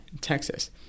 Texas